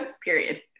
period